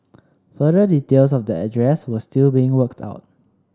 further details of the address were still being worked out